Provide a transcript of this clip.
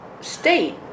state